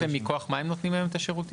מכוח מה הם נותנים היום את השירותים?